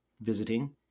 visiting